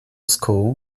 school